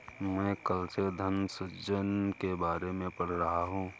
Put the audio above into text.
मैं कल से धन सृजन के बारे में पढ़ रहा हूँ